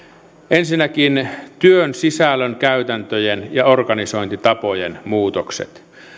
yksi työn sisällön käytäntöjen ja organisointitapojen muutokset